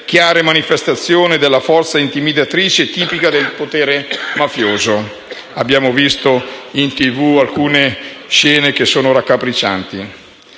chiare manifestazioni della forza intimidatrice tipica del potere mafioso. Abbiamo visto in TV alcune scene raccapriccianti.